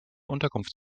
unterkunft